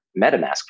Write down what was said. MetaMask